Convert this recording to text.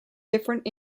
different